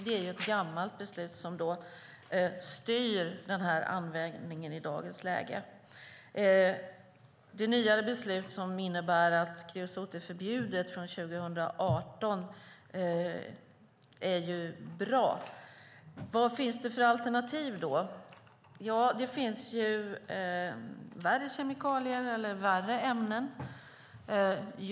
Det är ett gammalt beslut som styr användningen i dagens läge. Det nyare beslut, som innebär att kreosot är förbjudet från 2018, är bra. Vilka alternativ finns det? Det finns värre kemikalier eller värre ämnen.